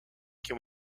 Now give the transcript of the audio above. can